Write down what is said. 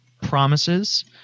promises